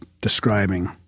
describing